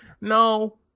No